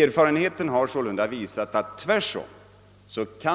Erfarenheterna har visat att